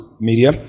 media